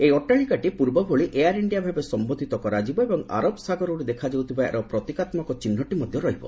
ଏହି ଅଟ୍ଟାଳିକାଟି ପୂର୍ବଭଳି ଏୟାର ଇଣ୍ଡିଆ ଭାବେ ସମ୍ବୋଧିତ କରାଯିବ ଏବଂ ଆରବ ସାଗରରୁ ଦେଖାଯାଉଥିବା ଏହାର ପ୍ରତୀକାତ୍ମକ ଚିହ୍ନଟି ମଧ୍ୟ ରହିବ